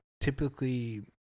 Typically